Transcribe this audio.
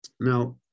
Now